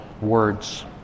words